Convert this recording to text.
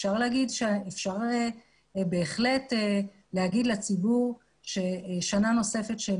אפשר בהחלט לומר לציבור ששנה נוספת של